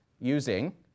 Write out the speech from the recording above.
using